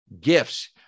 gifts